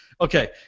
okay